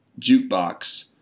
jukebox